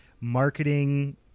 marketing